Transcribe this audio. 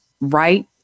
right